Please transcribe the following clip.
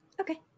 Okay